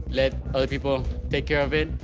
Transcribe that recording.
let other people take care of it,